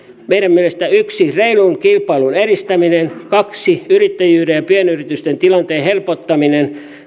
yksi reilun kilpailun edistämiseksi kaksi yrittäjyyden ja pienyritysten tilanteen helpottamiseksi